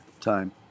time